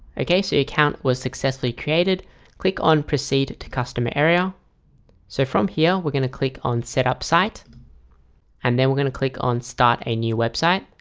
okay, so the account was successfully created click on proceed to customer area so from here, we're gonna click on setup site and then we're gonna click on start a new website.